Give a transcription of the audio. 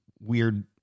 weird